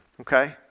okay